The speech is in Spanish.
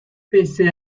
pese